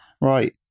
right